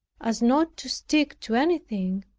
as not to stick to anything,